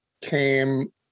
came